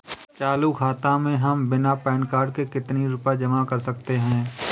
चालू खाता में हम बिना पैन कार्ड के कितनी रूपए जमा कर सकते हैं?